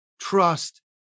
trust